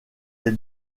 les